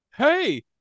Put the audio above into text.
Hey